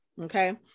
okay